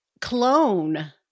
clone